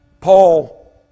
Paul